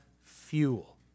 fuel